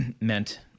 meant